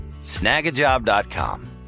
snagajob.com